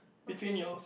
okay